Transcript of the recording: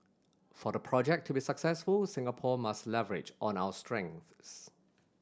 for the project to be successful Singapore must leverage on our strengths